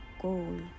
goal